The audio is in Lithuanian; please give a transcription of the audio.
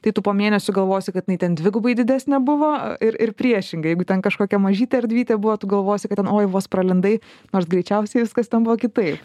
tai tu po mėnesio galvosi kad jinai ten dvigubai didesnė buvo ir ir priešingai jeigu ten kažkokia mažytė erdvytė buvo tu galvosi kad ten oi vos pralindai nors greičiausiai viskas ten buvo kitaip